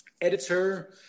editor